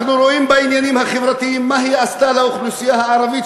אנחנו רואים מה היא עשתה בעניינים החברתיים לאוכלוסייה הערבית,